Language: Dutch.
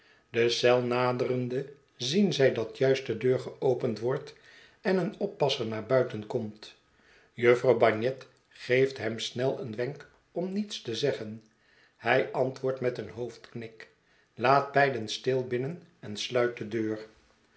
de cel naderende zien zij dat juist de deur geopend wordt en een oppasser naar buiten komt jufvrouw bagnet geeft hem snel een wenk om niets te zeggen hij antwoordt met een hoofdknik laat beiden stil binnen en sluit de deur